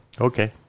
okay